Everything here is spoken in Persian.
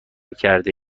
کرده